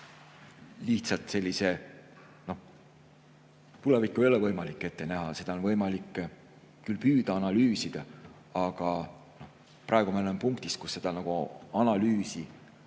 oleks variser. Tulevikku ei ole võimalik ette näha, seda on võimalik küll püüda analüüsida, aga praegu me oleme punktis, kus seda analüüsi